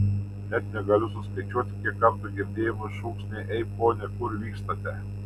net negaliu suskaičiuoti kiek kartų girdėjome šūksnį ei pone kur vykstate